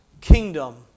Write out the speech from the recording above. kingdom